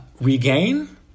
regain